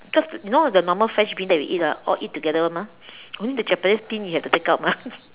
because you know the normal fresh bean that we eat ah all eat together [one] mah only the Japanese bean you have to take out mah